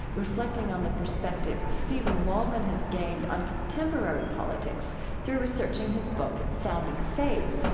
reflecting on the perspective steven waldman has gained on contemporary politics through researching his book founding faith,